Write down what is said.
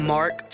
Mark